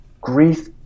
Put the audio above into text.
grief